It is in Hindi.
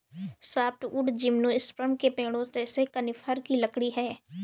सॉफ्टवुड जिम्नोस्पर्म के पेड़ों जैसे कॉनिफ़र की लकड़ी है